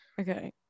Okay